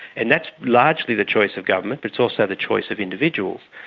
and that's largely the choice of government, but it's also the choice of individuals.